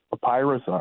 papyrus